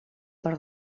per